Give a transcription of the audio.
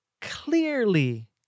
clearly